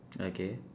okay